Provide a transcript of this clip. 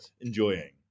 enjoying